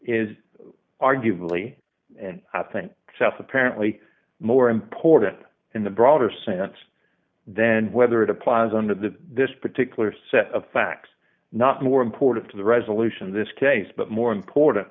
is arguably and i think that's apparently more important in the broader sense then whether it applies under the this particular set of facts not more important to the resolution of this case but more important